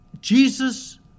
Jesus